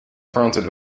fronted